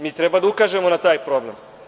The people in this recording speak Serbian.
Mi treba da ukažemo na taj problem.